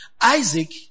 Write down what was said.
Isaac